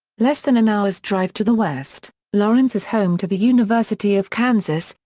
less than an hour's drive to the west, lawrence is home to the university of kansas,